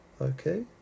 Okay